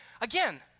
Again